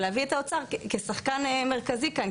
ולהביא את האוצר כשחקן מרכזי כאן,